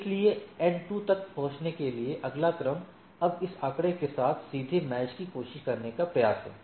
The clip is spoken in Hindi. इसलिए एन 2 तक पहुंचने के लिए अगला क्रम अब इस आंकड़े के साथ सीधे मैच की कोशिश करने का प्रयास है